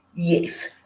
Yes